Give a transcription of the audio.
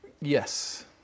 Yes